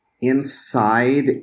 inside